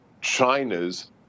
China's